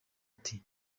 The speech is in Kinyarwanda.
ati